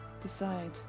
decide